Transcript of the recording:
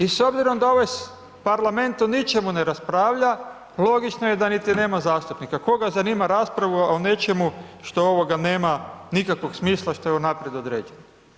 I s obzirom da ovaj parlament o ničemu ne raspravlja logično je da niti nema zastupnika, koga zanima rasprava o nečemu što nema nikakvog smisla što je unaprijed uređeno?